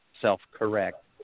self-correct